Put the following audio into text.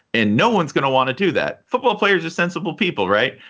and no one's going to want to do that. football players are sensible people, right?